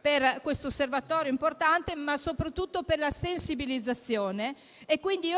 per l'Osservatorio, ma soprattutto per la sensibilizzazione. Quindi,